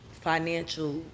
financial